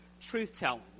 truth-telling